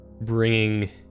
Bringing